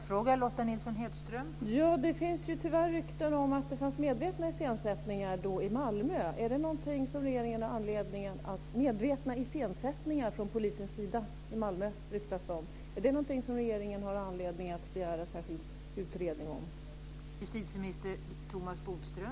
Fru talman! Det går tyvärr rykten om att det fanns medvetna iscensättningar från polisens sida i Malmö. Är det något som regeringen har anledning att begära särskild utredning om?